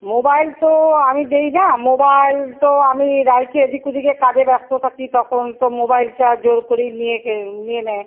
mobile তো আমি দিই না মোবাইল তো আমি রেখে এদিক ওদিকে কাজে ব্যস্ত থাকি তখন তো মোবাইলটা জোর করেই নিয়ে কে নিয়ে নেয়